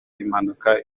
impanuka